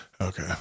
Okay